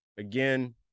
Again